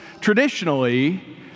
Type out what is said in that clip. traditionally